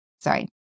sorry